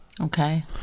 Okay